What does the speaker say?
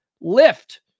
lift